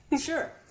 Sure